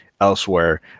elsewhere